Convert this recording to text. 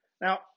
Now